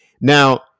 Now